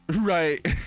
Right